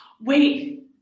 Wait